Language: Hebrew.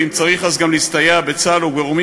ואם צריך אז גם להסתייע בצה"ל ובגורמים